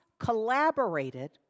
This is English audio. collaborated